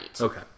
Okay